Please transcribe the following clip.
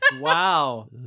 Wow